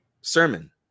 sermon